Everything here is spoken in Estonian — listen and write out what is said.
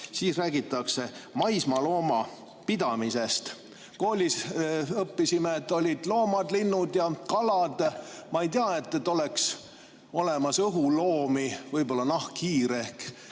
siin räägitakse maismaalooma pidamisest. Koolis õppisime, et on loomad, linnud ja kalad. Ma ei tea, et oleks olemas õhuloomi, võib-olla ehk nahkhiir,